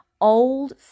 old